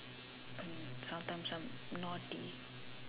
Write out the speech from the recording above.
and sometimes I'm naughty